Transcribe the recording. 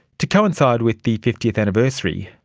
to coincide with the fiftieth anniversary,